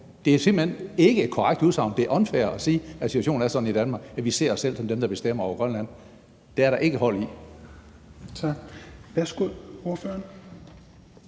Det er simpelt hen ikke et korrekt udsagn. Det er unfair at sige, at situationen er sådan i Danmark, at vi ser os selv som dem, der bestemmer over Grønland. Det er der ikke hold i. Kl. 16:50 Tredje